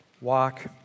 Walk